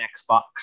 Xbox